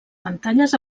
pantalles